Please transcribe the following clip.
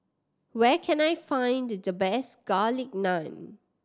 where can I find the the best Garlic Naan